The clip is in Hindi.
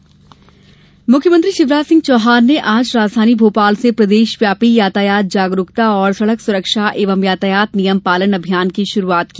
सड़क सुरक्षा मुख्यमंत्री शिवराज सिंह चौहान ने आज राजधानी भोपाल से प्रदेशव्यापी यातायात जागरुकता और सड़क सुरक्षा एवं यातायात नियम पालन अभियान की शुरूआत की